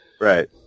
Right